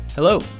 Hello